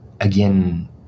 again